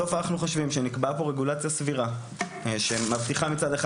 בסוף אנחנו חושבים שנקבעה פה רגולציה סבירה שמבטיחה מצד אחד